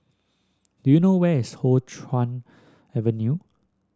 do you know where is Hoe Chuan Avenue